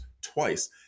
twice